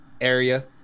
area